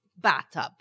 bathtub